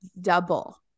double